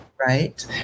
right